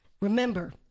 Remember